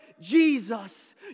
Jesus